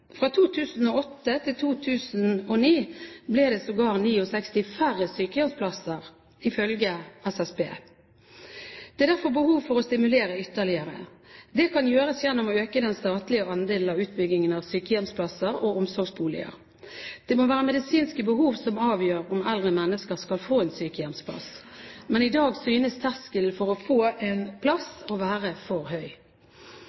Fra 2008 til 2009 ble det sågar 69 færre sykehjemsplasser ifølge SSB. Det er derfor behov for å stimulere ytterligere. Det kan gjøres gjennom å øke den statlige andelen av utbygging av sykehjemsplasser og omsorgsboliger. Det må være medisinske behov som avgjør om eldre mennesker skal få en sykehjemsplass. Men i dag synes terskelen for å få en